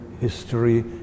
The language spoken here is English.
history